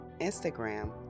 Instagram